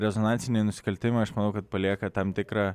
rezonansiniai nusikaltimai aš manau kad palieka tam tikrą